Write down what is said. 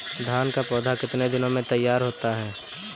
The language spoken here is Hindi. धान का पौधा कितने दिनों में तैयार होता है?